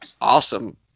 awesome